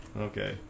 okay